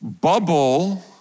bubble